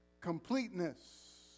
Completeness